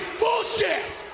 bullshit